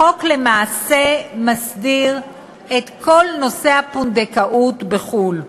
החוק למעשה מסדיר את כל נושא הפונדקאות בחו"ל.